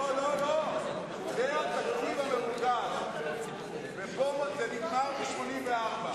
לא, זה התקציב שהוגש, ופה זה נגמר ב-84.